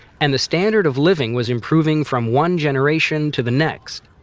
and the standard of living was improving from one generation to the next.